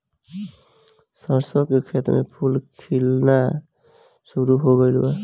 सरसों के खेत में फूल खिलना शुरू हो गइल बा